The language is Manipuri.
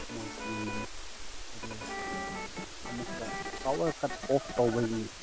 ꯃꯣꯏ ꯁꯤꯖꯤꯟꯅꯩ ꯑꯗꯨ ꯑꯃꯨꯛꯀ ꯄꯥꯋꯔ ꯀꯠ ꯑꯣꯐ ꯇꯧꯕꯒꯤ